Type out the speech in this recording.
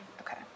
Okay